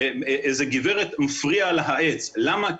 לגברת מפריע העץ, למה?